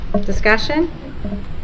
Discussion